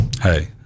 hey